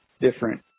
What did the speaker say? different